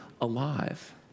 Alive